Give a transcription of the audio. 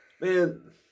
man